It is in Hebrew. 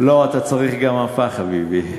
לא, אתה צריך גם מפה, חביבי.